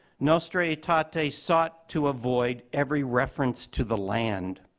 nostra aetate ah aetate sought to avoid every reference to the land.